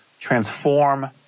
transform